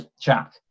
Jack